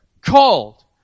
called